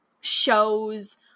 shows